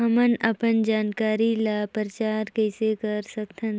हमन अपन जानकारी ल प्रचार कइसे कर सकथन?